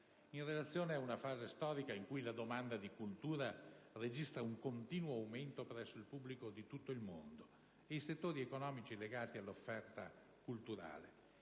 in relazione a una fase storica in cui la domanda di cultura registra un continuo aumento presso il pubblico di tutto il mondo ed i settori economici legati all'offerta culturale